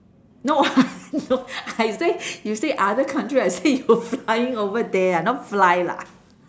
no no I say you say other country I say you flying over there ah not fly lah